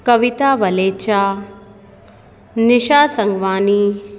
Kavita Valecha Nisha Sanghvani